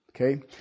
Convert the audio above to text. Okay